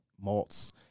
malts